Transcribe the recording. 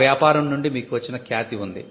ఆ వ్యాపారం నుండి మీకు వచ్చిన ఖ్యాతి ఉంది